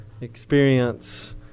experience